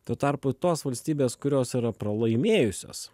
tuo tarpu tos valstybės kurios yra pralaimėjusios